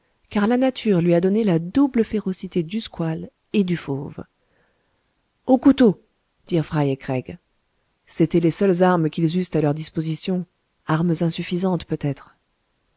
car la nature lui a donné la double férocité du squale et du fauve aux couteaux dirent fry et craig c'étaient les seules armes qu'ils eussent à leur disposition armes insuffisantes peut-être